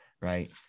right